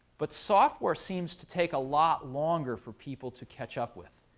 but software seems to take a lot longer for people to catch up with.